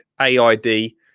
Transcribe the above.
a-i-d